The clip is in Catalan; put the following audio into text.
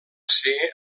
ser